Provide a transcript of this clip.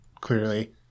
clearly